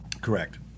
correct